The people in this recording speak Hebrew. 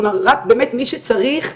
רק באמת מי שצריך,